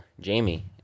Jamie